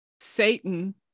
Satan